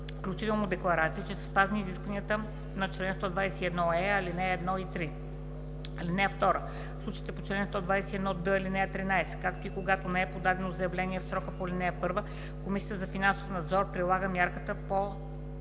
включително декларации, че са спазени изискванията на чл. 121е, ал. 1 и 3. (2) В случаите по чл. 121д, ал. 13, както и когато не е подадено заявление в срока по ал. 1, Комисията за финансов надзор прилага мярката по